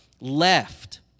left